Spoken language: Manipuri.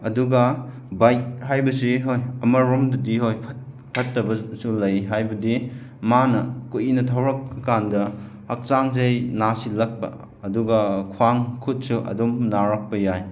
ꯑꯗꯨꯒ ꯕꯥꯏꯛ ꯍꯥꯏꯕꯁꯤ ꯍꯣꯏ ꯑꯃꯔꯣꯝꯗꯗꯤ ꯍꯣꯏ ꯐꯠꯇꯕꯁꯨ ꯂꯩ ꯍꯥꯏꯕꯗꯤ ꯃꯥꯅ ꯀꯨꯏꯅ ꯊꯧꯔꯛꯑꯀꯥꯟꯗ ꯍꯛꯆꯥꯡꯁꯦ ꯅꯥꯁꯤꯜꯂꯛꯄ ꯑꯗꯨꯒ ꯈ꯭ꯋꯥꯡ ꯈꯨꯠꯁꯨ ꯑꯗꯨꯝ ꯅꯥꯔꯛꯄ ꯌꯥꯏ